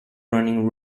running